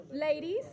ladies